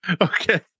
okay